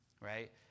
right